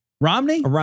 Romney